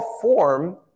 Form